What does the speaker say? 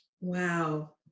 Wow